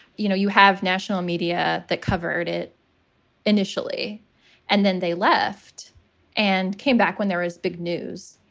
you know, you have national media that covered it initially and then they left and came back. when there is big news,